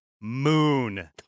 moon